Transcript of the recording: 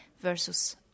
versus